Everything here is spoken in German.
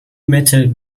metal